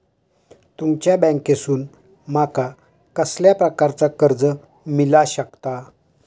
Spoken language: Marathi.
तुमच्या बँकेसून माका कसल्या प्रकारचा कर्ज मिला शकता?